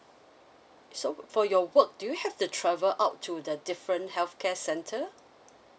so for your work do you have to travel out to the different health care center